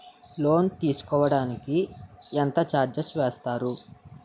Loan తీసుకోడానికి ఎంత charges వేస్తారు?